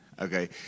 Okay